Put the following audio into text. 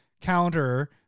counter